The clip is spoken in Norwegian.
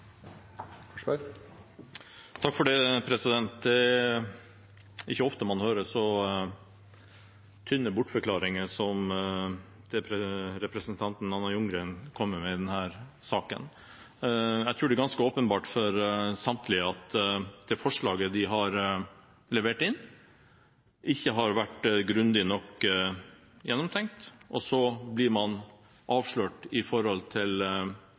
åpenbart for samtlige at det forslaget de har levert inn, ikke har vært grundig nok gjennomtenkt, og så blir man avslørt med hensyn til